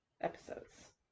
episodes